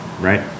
right